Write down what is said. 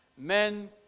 men